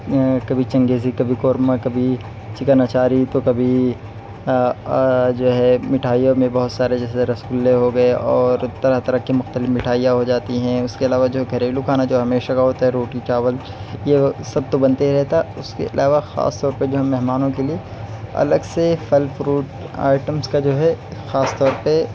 کبھی چنگیزی کبھی قورما کبھی چکن اچاری تو کبھی جو ہے مٹھائیوں میں بہت سارے جیسے رس گلے ہوگئے اور طرح طرح کی مختلف مٹھائیاں ہو جاتی ہیں اس کے علاوہ جو گھریلو کھانا جو ہمیشہ ہوتا ہے روٹی چاول یہ تو سب بنتے ہی رہتا ہے اس کے علاوہ خاص طور پہ جو مہمانوں کے لیے الگ سے پھل فروٹ آٹمز کا جو ہے خاص طور پہ